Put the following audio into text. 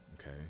Okay